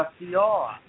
FDR